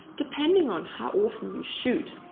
depending on how often you shoot.